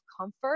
comfort